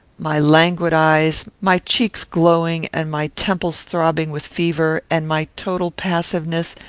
my languid eyes, my cheeks glowing and my temples throbbing with fever, and my total passiveness,